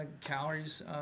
calories